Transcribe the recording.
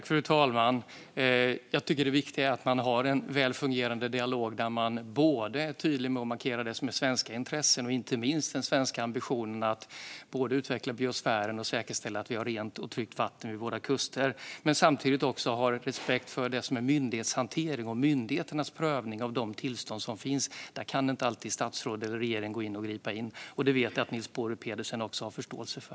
Fru talman! Jag tycker att det viktiga är att man har en väl fungerande dialog där man är tydlig och markerar det som är svenska intressen, inte minst den svenska ambitionen att både utveckla biosfären och säkerställa att vi har rent och tryggt vatten vid våra kuster. Samtidigt måste man också ha respekt för det som är myndighetshantering och myndigheternas prövning av de tillstånd som finns. Där kan inte alltid statsråd eller regering gripa in. Det vet jag att även Niels Paarup-Petersen har förståelse för.